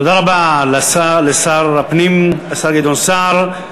תודה רבה לשר הפנים, השר גדעון סער.